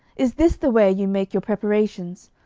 is this the way you make your preparations?